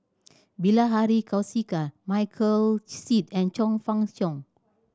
Bilahari Kausikan Michael Seet and Chong Fah Cheong